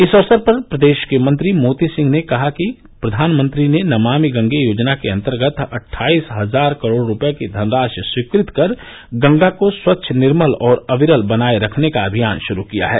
इस अवसर पर प्रदेश के मंत्री मोती सिंह ने कहा कि प्रधानमंत्री ने नमामि गंगे योजना के अंतर्गत अट्ठाइस हजार करोड़ रूपये की धनराशि स्वीकृत कर गंगा को स्वच्छ निर्मल और अविरल बनाए रखने का अनियान शुरू किया है